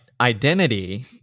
identity